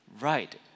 right